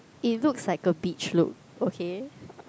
it looks like a beach look okay